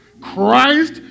Christ